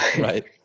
Right